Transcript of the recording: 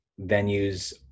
venues